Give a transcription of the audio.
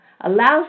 allows